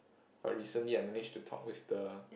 but recently I managed to talk with the